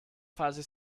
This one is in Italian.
fase